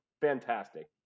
fantastic